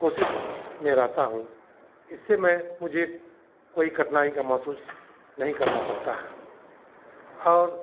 कोशिश में रहता हूँ इससे मैं मुझे कोई कठिनाई का महसूस नहीं करना पड़ता है और